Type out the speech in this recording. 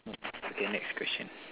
okay next question